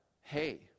hey